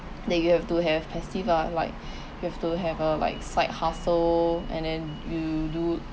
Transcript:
that you have to have passive lah like you have to have a like side hustle and then you do